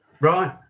right